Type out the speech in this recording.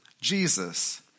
Jesus